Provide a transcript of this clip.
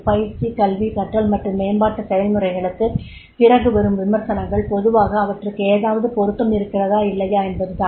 பயிற்சி கல்வி கற்றல் மற்றும் மேம்பாட்டு செயல்முறைகளுக்குப் பிறகு வரும் விமர்சனங்கள் பொதுவாக அவற்றுக்கு ஏதாவது பொருத்தம் இருக்கிறதா இல்லையா என்பதுதான்